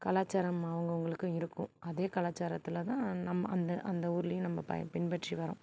கலாச்சாரம் அவங்கவுங்களுக்கும் இருக்கும் அதே கலாச்சாரத்தில்தான் நம்ம அந்த அந்த ஊர்லையும் நம்ம பின்பற்றி வரோம்